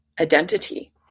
identity